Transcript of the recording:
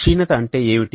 క్షీణత అంటే ఏమిటి